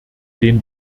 den